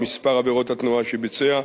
מספר עבירות התנועה שביצע,